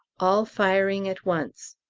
all firing at once.